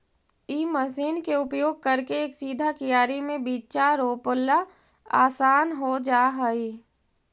इ मशीन के उपयोग करके एक सीधा कियारी में बीचा रोपला असान हो जा हई